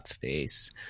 face